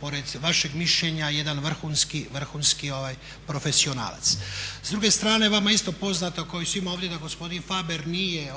pored vašeg mišljenja jedan vrhunski, vrhunski profesionalac. S druge strane, vama isto poznato kao i svima ovdje da gospodin Faber nije